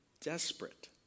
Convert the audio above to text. desperate